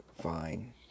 fine